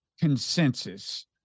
consensus